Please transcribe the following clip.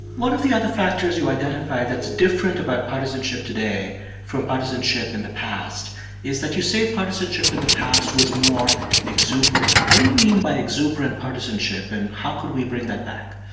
one of the other factors you identified that's different about partisanship today from partisanship in the past is that you say partisanship in the past was more exuberant. what do you mean by exuberant partisanship, and how could we bring that back?